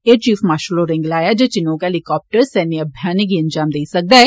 air chief marshal होरे गलाया जे चिनोक हैलीकाप्टर सैन्य अभियानें गी अन्जाम देई सकदा ऐ